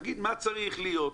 נגיד מה צריך להיות,